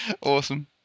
Awesome